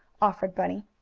offered bunny.